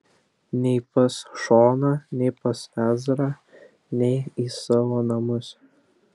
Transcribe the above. nei pas šoną nei pas ezrą nei į savo namus